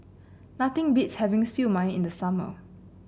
nothing beats having Siew Mai in the summer